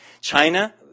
China